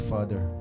Father